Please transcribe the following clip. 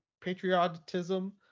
patriotism